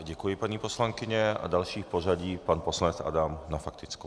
Děkuji, paní poslankyně, a další v pořadí je pan poslanec Adam s faktickou.